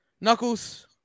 Knuckles